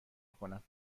کنم